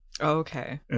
Okay